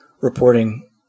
reporting